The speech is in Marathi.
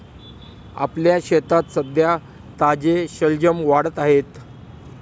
आपल्या शेतात सध्या ताजे शलजम वाढत आहेत